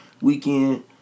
Weekend